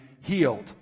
healed